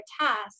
task